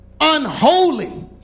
unholy